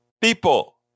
People